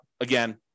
again